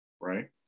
right